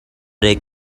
they